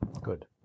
Good